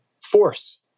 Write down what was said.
force